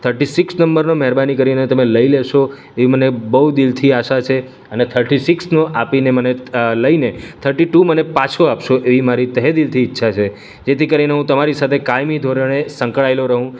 thirty six નંબરનો મહેરબાની કરીને તમે લઈ લેશો એ મને બહુ દિલથી આશા છે અને થર્ટી સિક્સનો આપીને મને લઈને થર્ટી ટુ મને પાછો આપશો એવી મારી તહેદીલથી ઈચ્છા છે જેથી કરીને હું તમારી સાથે કાયમી ધોરણે સંકળાયેલો રહું